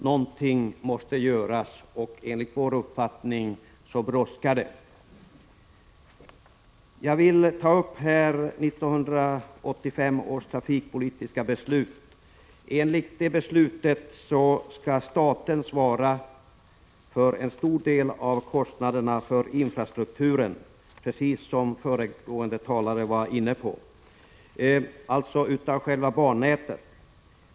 Någonting måste göras, och enligt vår uppfattning brådskar det. Enligt 1985 års trafikpolitiska beslut skall staten svara för en stor del av kostnaderna för infrastrukturen, alltså själva bannätet, precis som föregående talare var inne på.